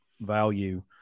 value